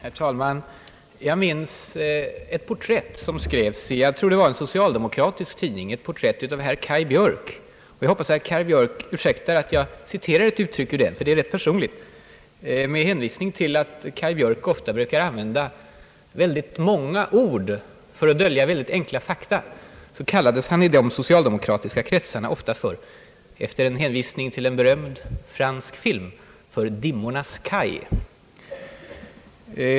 Herr talman! Jag minns ett porträtt som för några år sedan gjordes av herr Kaj Björk — jag tror att det var i en socialdemokratisk tidning. Jag hoppas att herr Kaj Björk ursäktar att jag citerar ett uttryck ur den. Med hänvisning till att herr Kaj Björk ofta brukade använda många ord för att dölja synnerligen enkla fakta, kallades han i de socialdemokratiska kretsarna ofta, med en hänvisning till en berömd fransk film, för »Dimmornas Kaj».